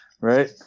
Right